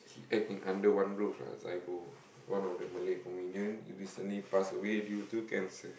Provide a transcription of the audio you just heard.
he act in Under-One-Roof lah Zaibo one of the Malay comedian he recently pass away due to cancer